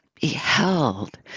beheld